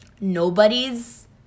nobody's